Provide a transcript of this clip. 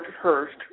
Hurst